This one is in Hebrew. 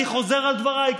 אני חוזר על דבריי,